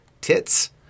tits